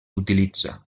utilitza